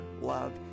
love